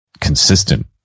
consistent